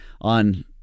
on